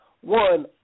One